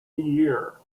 year